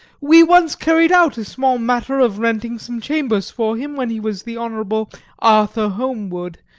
we once carried out a small matter of renting some chambers for him when he was the honourable arthur holmwood.